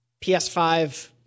PS5